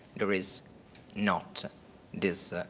there is not this